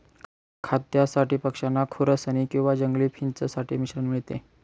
खाद्यासाठी पक्षांना खुरसनी किंवा जंगली फिंच साठी मिश्रण मिळते